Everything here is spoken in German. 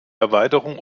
erweiterung